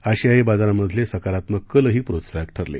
आशियाई बाजारांमधले सकारात्मक कलही प्रोत्साहक ठरले